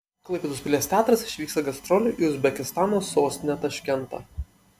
klaipėdos pilies teatras išvyksta gastrolių į uzbekistano sostinę taškentą